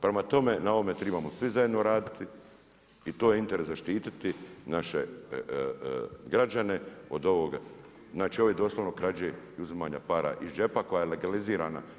Prema tome na ovome trebamo svi zajedno raditi i to je interes zaštiti naše građane od ove doslovno krađe i uzimanja para iz džepa koja je legalizirana.